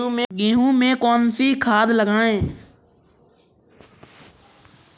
गेहूँ में कौनसी खाद लगाएँ?